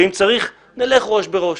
ואם צריך, נלך ראש בראש,